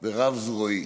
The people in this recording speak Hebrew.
ורב-זרועי.